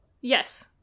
Yes